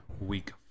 week